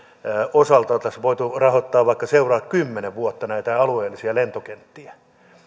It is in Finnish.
osalta oltaisiin voitu rahoittaa vaikka seuraavat kymmenen vuotta näitä alueellisia lentokenttiä